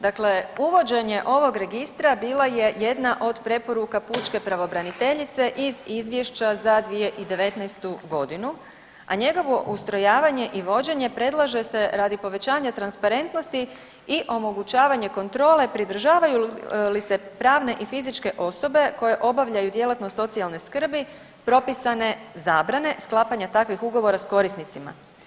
Dakle, uvođenje ovog registra bilo je jedna od preporuka pučke pravobraniteljice iz izvješća za 2019. godinu, a njegovo ustrojavanje i vođenje predlaže se radi povećanja transparentnosti i omogućavanja kontrole pridržavaju li se pravne i fizičke osobe koje obavljaju djelatnost socijalne skrbi propisane zabrane sklapanja takvih ugovora s korisnicima.